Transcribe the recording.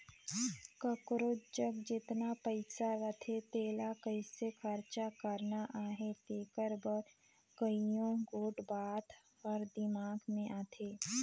काकरोच जग जेतना पइसा रहथे तेला कइसे खरचा करना अहे तेकर बर कइयो गोट बात हर दिमाक में आथे